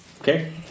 Okay